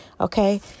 Okay